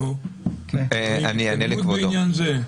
אנחנו --- בעניין זה.